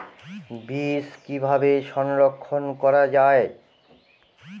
বীজ কিভাবে সংরক্ষণ করা যায়?